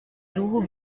uruhu